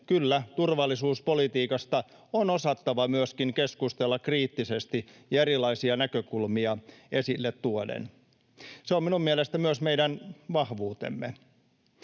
kyllä, turvallisuuspolitiikasta on osattava myöskin keskustella kriittisesti ja erilaisia näkökulmia esille tuoden. Se on minun mielestäni myös meidän vahvuutemme.